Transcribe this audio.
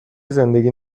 زندگی